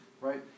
right